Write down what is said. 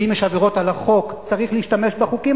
ואם יש עבירות על החוק צריך להשתמש בחוקים